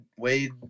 wade